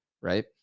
Right